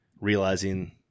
realizing